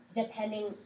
depending